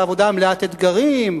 זאת עבודה מלאת אתגרים,